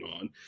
on